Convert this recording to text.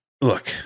Look